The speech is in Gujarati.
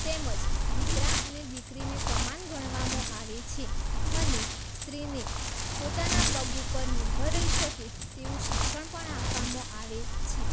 તેમજ દીકરા અને દીકરીને સમાન ગણવામાં આવે છે અને સ્ત્રીને પોતાના પગ ઉપર નિર્ભર રહી શકે તેવું શિક્ષણ પણ આપવામાં આવે છે